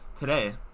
today